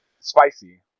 Spicy